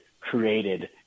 created